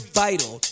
vital